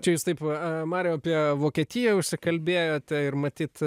čia jūs taip marijau apie vokietiją užsikalbėjot ir matyt